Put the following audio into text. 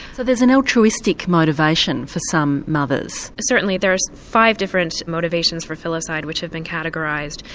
so there's an altruistic motivation for some mothers? certainly there's five different motivations for filicide which have been categorised,